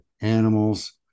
animals